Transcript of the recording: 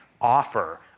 offer